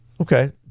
Okay